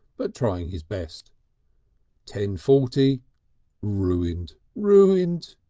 but trying his best ten-forty ruined! ruined!